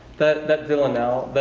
but that villanelle